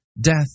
Death